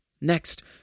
Next